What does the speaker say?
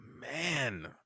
man